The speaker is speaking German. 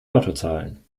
lottozahlen